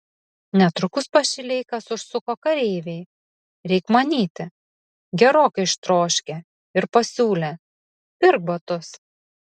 netrukus pas šileikas užsuko kareiviai reik manyti gerokai ištroškę ir pasiūlė pirk batus